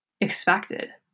expected